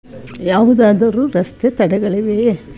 ಯಾವುದಾದರೂ ರಸ್ತೆ ತಡೆಗಳಿವೆಯೇ